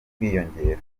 kwiyongera